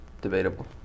debatable